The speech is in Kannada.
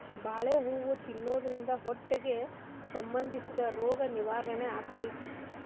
ಬಾಳೆ ಹೂ ತಿನ್ನುದ್ರಿಂದ ಹೊಟ್ಟಿಗೆ ಸಂಬಂಧಿಸಿದ ರೋಗ ನಿವಾರಣೆ ಅಕೈತಿ